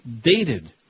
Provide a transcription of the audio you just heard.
dated